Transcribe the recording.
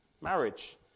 marriage